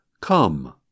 COME